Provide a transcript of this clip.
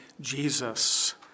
Jesus